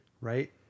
Right